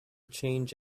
change